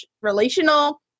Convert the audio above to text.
relational